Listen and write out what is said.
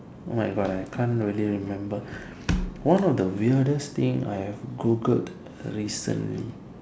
oh my god I can't really remember one of the weirdest thing I have Googled recently